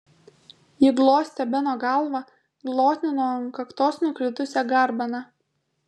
ji glostė beno galvą glotnino ant kaktos nukritusią garbaną